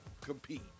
compete